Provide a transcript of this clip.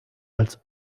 als